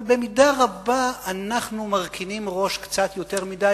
אבל במידה רבה אנחנו מרכינים ראש קצת יותר מדי.